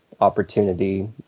Opportunity